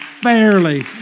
fairly